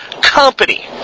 company